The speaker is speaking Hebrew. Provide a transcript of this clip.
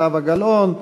זהבה גלאון,